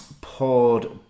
poured